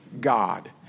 God